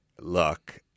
look